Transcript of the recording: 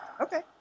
Okay